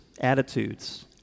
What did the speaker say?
attitudes